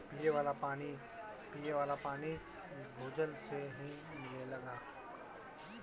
पिये वाला पानी भूजल से ही मिलेला